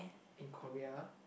in Korea